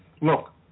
look